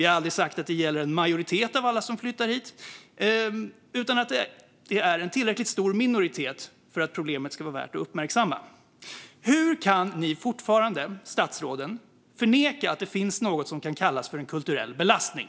Vi har aldrig sagt att det gäller en majoritet av alla som flyttar hit utan att det är en tillräckligt stor minoritet för att problemet ska vara värt att uppmärksamma. Hur kan ni statsråd fortfarande förneka att det finns något som kan kallas för en kulturell belastning?